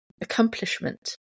accomplishment